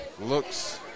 looks